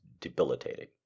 debilitating